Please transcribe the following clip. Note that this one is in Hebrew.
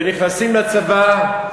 ונכנסים לצבא,